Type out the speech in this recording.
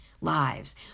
lives